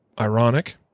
ironic